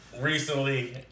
recently